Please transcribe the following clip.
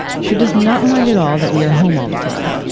she does not mind at all that we are home all the time.